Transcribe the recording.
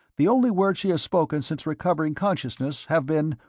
the only words she has spoken since recovering consciousness have been,